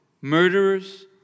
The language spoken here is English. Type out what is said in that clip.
murderers